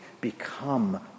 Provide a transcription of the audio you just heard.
become